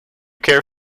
care